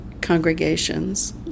congregations